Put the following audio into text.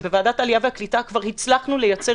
שבוועדת העלייה והקליטה כבר הצלחנו לייצר